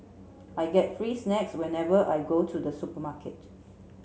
I get free snacks whenever I go to the supermarket